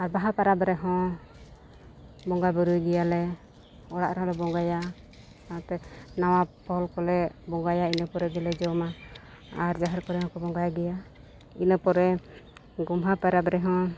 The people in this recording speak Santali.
ᱟᱨ ᱵᱟᱦᱟ ᱯᱚᱨᱚᱵᱽ ᱨᱮᱦᱚᱸ ᱵᱚᱸᱜᱟᱼᱵᱳᱨᱳᱭ ᱜᱮᱭᱟᱞᱮ ᱚᱲᱟᱜ ᱨᱮᱦᱚᱸᱞᱮ ᱵᱚᱸᱜᱟᱭᱟ ᱱᱟᱛᱮ ᱱᱟᱣᱟ ᱯᱷᱚᱞ ᱠᱚᱞᱮ ᱵᱚᱸᱜᱟᱭᱟ ᱤᱱᱟᱹ ᱯᱚᱨᱮ ᱜᱮᱞᱮ ᱡᱚᱢᱟ ᱟᱨ ᱡᱟᱦᱮᱨ ᱠᱚᱨᱮ ᱦᱚᱠᱚ ᱵᱚᱸᱜᱟᱭ ᱜᱮᱭᱟ ᱤᱱᱟᱹ ᱯᱚᱨᱮ ᱜᱳᱢᱦᱟ ᱯᱟᱨᱟᱵᱽ ᱨᱮᱦᱚᱸ